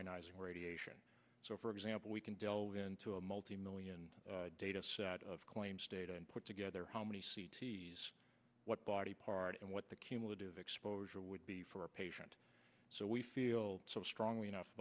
ionizing radiation so for example we can delve into a multi million data set of claims data and put together how many c t s what body part and what the cumulative exposure would be for a patient so we feel strongly enough